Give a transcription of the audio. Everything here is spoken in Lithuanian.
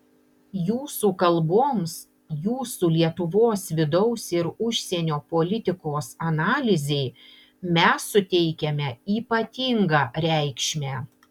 jūsų kalboms jūsų lietuvos vidaus ir užsienio politikos analizei mes suteikiame ypatingą reikšmę